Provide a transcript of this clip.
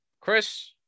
Chris